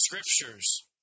scriptures